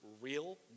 real